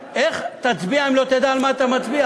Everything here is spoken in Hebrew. איך תצביע אם לא תדע על מה אתה מצביע?